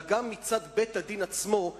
אלא גם מצד בית-הדין עצמו,